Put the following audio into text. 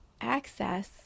access